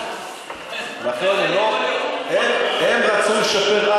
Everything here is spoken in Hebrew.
הם רצו לשפר,